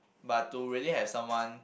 but to really have someone